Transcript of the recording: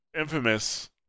Infamous